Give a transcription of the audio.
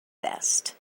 best